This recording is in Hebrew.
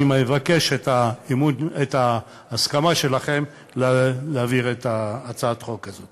אני מבקש את ההסכמה שלכם להעביר את הצעת החוק הזאת.